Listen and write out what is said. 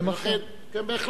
אני מסכים.